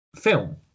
film